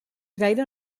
gaire